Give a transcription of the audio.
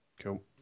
Cool